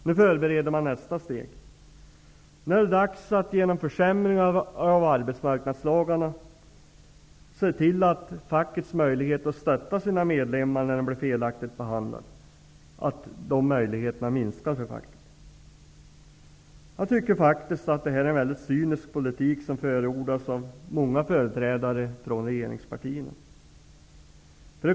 Nu förbereder man nästa steg. Nu är det dags att man genom försämringar av arbetsmarknadslagarna ser till att fackets möjligheter att stötta sina medlemmar när de blir felaktigt behandlade minskar. Det är faktiskt en mycket cynisk politik som förordas av många företrädare från regeringspartierna.